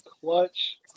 clutch